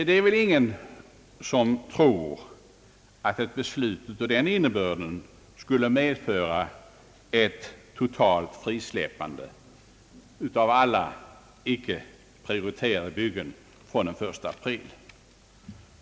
Det är väl ingen som tror att ett beslut av den innebörden skulle medföra ett totalt frisläppande av alla icke prioriterade byggen från den 1 april.